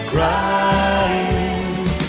Crying